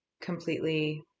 completely